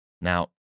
Now